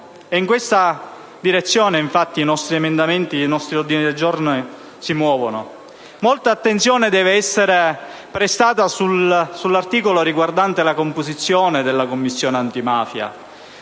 emendamenti e i nostri ordini del giorno si muovono. Molta attenzione deve essere prestata all'articolo riguardante la composizione della Commissione antimafia,